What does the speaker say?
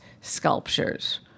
sculptures